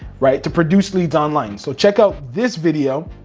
right? to produce leads online. so check out this video,